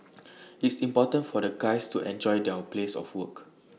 it's important for the guys to enjoy their place of work